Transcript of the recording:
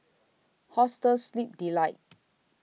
Hostel Sleep Delight